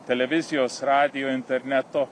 televizijos radijo interneto